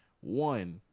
One